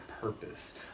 purpose